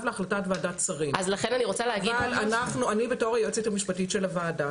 להחלטת ועדת שרים אבל אני כיועצת המשפטית של הוועדה,